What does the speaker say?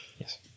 Yes